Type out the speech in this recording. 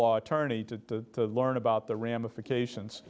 law attorney to learn about the ramifications